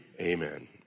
Amen